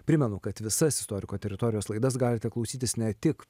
primenu kad visas istoriko teritorijos laidas galite klausytis ne tik